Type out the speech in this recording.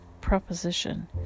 proposition